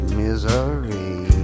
misery